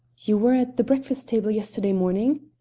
you were at the breakfast-table yesterday morning?